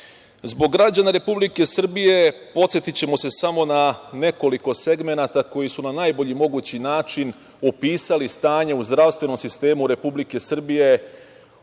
građana Republike Srbije, podsetićemo se samo na nekoliko segmenata koji su na najbolji mogući način opisali stanje u zdravstvenom sistemu Republike Srbije